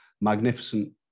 magnificent